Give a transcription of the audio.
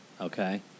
Okay